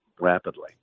rapidly